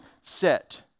set